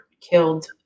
killed